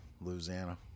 Louisiana